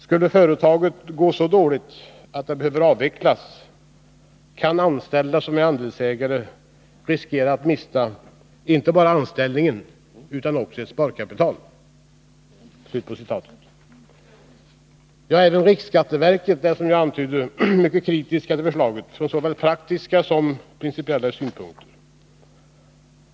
Skulle företaget gå så dåligt att det behöver avvecklas kan anställda som är andelsägare riskera att mista inte bara anställningen utan även ett sparkapital.” Även riksskatteverket är, som jag antytt, mycket kritiskt till förslaget från såväl praktiska som principiella synpunkter.